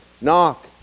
Knock